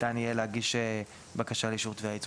ניתן יהיה להגיש בקשה לאישור תביעה ייצוגית.